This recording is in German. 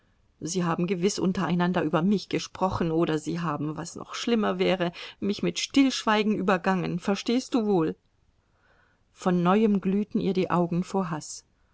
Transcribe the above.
sie haben gewiß untereinander über mich gesprochen oder sie haben was noch schlimmer wäre mich mit stillschweigen übergangen verstehst du wohl von neuem glühten ihr die augen vor haß